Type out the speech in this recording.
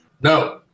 No